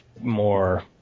more